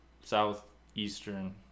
southeastern